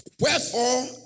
Wherefore